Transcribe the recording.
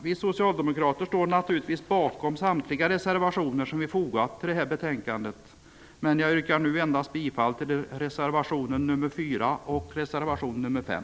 Vi socialdemokrater står naturligtvis bakom samtliga reservationer som vi fogat till betänkandet, men jag yrkar nu endast bifall till reservationerna 4 och 5.